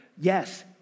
Yes